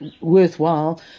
worthwhile